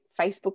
Facebook